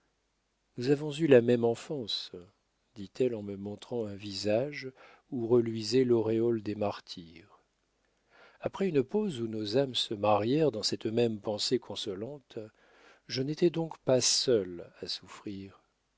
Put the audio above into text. nous avons eu la même enfance dit-elle en me montrant un visage où reluisait l'auréole des martyrs après une pause où nos âmes se marièrent dans cette même pensée consolante je n'étais donc pas seul à souffrir